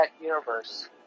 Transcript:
universe